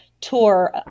tour